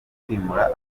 kwimura